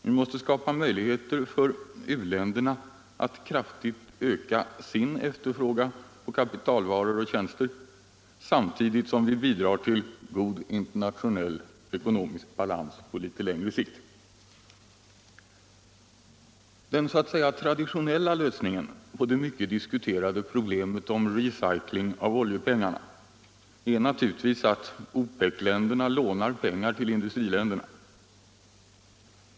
Vi måste skapa möjligheter för uländerna att kraftigt öka sin efterfrågan på kapitalvaror och tjänster, samtidigt som vi bidrar till god internationell ekonomisk balans på längre sikt. Den så att säga traditionella lösningen på det mycket diskuterade problemet om recycling av oljepengarna är naturligtvis att OPEC-länderna lånar pengar till industriländerna.